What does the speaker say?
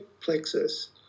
Plexus